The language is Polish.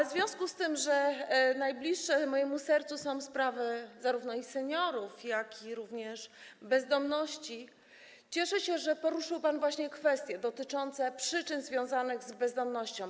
W związku z tym, że najbliższe mojemu sercu są sprawy zarówno seniorów, jak i bezdomności, cieszę się, że poruszył pan właśnie kwestie dotyczące przyczyn bezdomności.